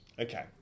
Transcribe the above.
Okay